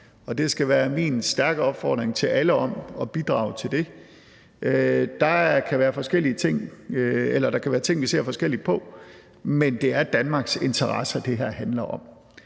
det skal være min stærke opfordring til alle om at bidrage til det. Der kan være ting, vi ser forskelligt på, men det er Danmarks interesser, det her handler om,